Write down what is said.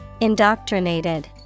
Indoctrinated